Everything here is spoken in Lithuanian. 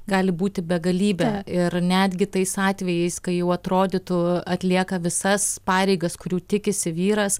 gali būti begalybė ir netgi tais atvejais kai jau atrodytų atlieka visas pareigas kurių tikisi vyras